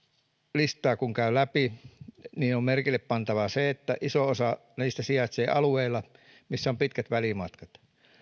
listaa käy läpi niin on merkillepantavaa se että iso osa lakkautettavista sijaitsee alueilla missä on pitkät välimatkat